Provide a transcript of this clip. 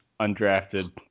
undrafted